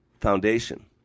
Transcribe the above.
foundation